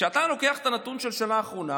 כשאתה לוקח את הנתון של השנה האחרונה,